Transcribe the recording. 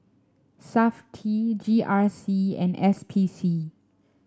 Safti G R C and S P C